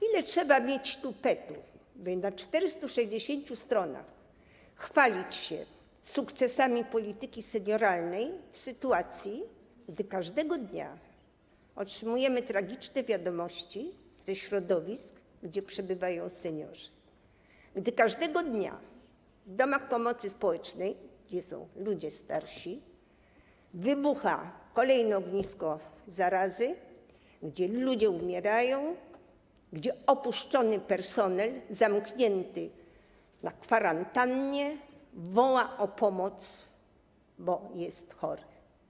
Ile trzeba mieć tupetu, by na 460 stronach chwalić się sukcesami polityki senioralnej, w sytuacji gdy każdego dnia otrzymujemy tragiczne wiadomości ze środowisk, gdzie przebywają seniorzy, gdy każdego dnia w domach pomocy społecznej, gdzie są ludzie starsi, wybucha kolejne ognisko zarazy, gdzie ludzie umierają, gdzie opuszczony personel zamknięty na kwarantannie woła o pomoc, bo jest chory?